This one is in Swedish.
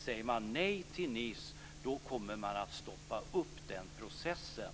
Säger man nej till Nice kommer man att stoppa upp den processen.